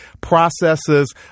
processes